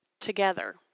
Together